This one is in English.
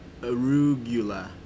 arugula